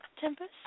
Tempest